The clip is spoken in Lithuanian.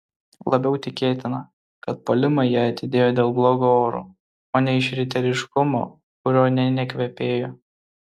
labiau tikėtina kad puolimą jie atidėjo dėl blogo oro o ne iš riteriškumo kuriuo nė nekvepėjo